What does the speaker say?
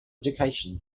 education